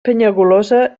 penyagolosa